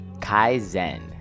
Kaizen